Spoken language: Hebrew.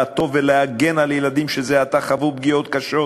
לעטוף ולהגן על ילדים שזה עתה חוו פגיעות קשות